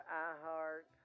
iHeart